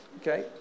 Okay